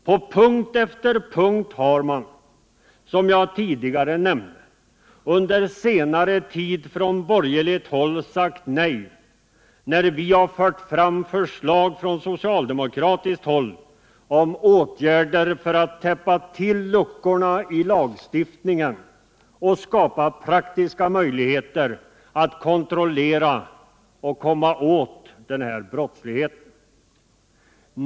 På punkt efter punkt har man, som jag tidigare nämnt, under senare tid från borgerligt håll sagt nej när vi fört fram förslag om åtgärder för att täppa till luckorna i lagstiftningen och skapa praktiska möjligheter att kontrollera och komma åt denna brottslighet.